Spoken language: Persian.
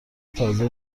تازه